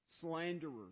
slanderers